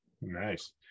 nice